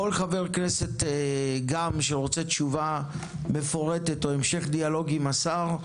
כל חבר כנסת גם שרוצה תשובה מפורטת או המשך דיאלוג עם השר,